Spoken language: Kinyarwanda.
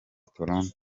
toronto